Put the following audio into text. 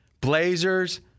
Blazers